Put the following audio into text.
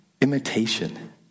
imitation